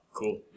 Cool